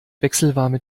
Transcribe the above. wechselwarme